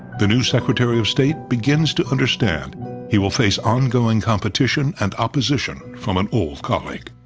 the new secretary of state begins to understand he will face ongoing competition and opposition from an old colleague.